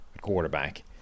quarterback